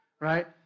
right